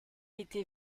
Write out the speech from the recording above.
était